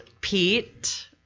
Pete